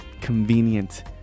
convenient